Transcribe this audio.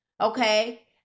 Okay